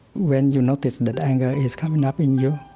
when you notice that anger is coming up in you,